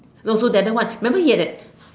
no so the other one remember he had an